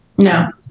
No